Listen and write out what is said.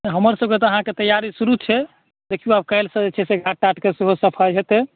हमर सभकेँ अहाँके तैयारी शुरू छै देखियौ आब काल्हिसँ घात ताटक सेहो सफाइ हेतए